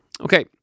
Okay